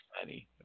funny